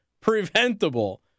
preventable